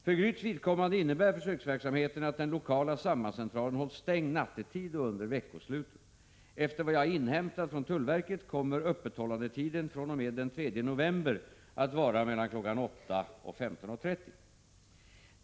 För Gryts vidkommande innebär försöksverksamheten att den lokala sambandscentralen hålls stängd nattetid och under veckosluten. Efter vad jag har inhämtat från tullverket kommer öppethållandetiden fr.o.m. den 3 november att vara kl. 08.00—15.30.